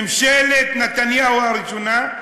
ממשלת נתניהו הראשונה.